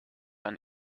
ein